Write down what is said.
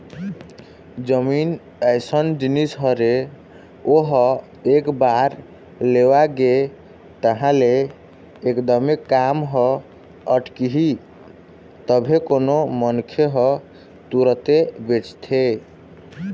जमीन अइसन जिनिस हरे ओहा एक बार लेवा गे तहाँ ले एकदमे काम ह अटकही तभे कोनो मनखे ह तुरते बेचथे